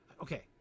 Okay